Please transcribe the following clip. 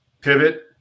Pivot